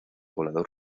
volador